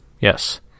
Yes